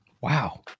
Wow